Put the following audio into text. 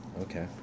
okay